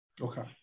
Okay